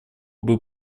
был